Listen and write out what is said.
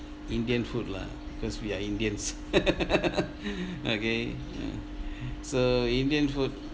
indian food lah because we are indians okay uh so indian food